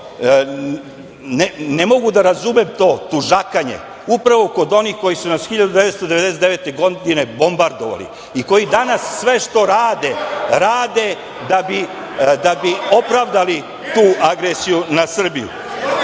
ne mogu da razumem to tužakanje, upravo kod onih koji su nas 1999. godine bombardovali i koji danas sve što rade rade da bi opravdali tu agresiju na Srbiju.